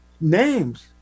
names